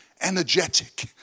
energetic